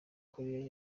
koreya